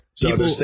People